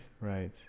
right